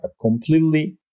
completely